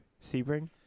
Sebring